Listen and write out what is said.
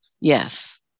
Yes